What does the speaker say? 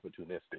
opportunistic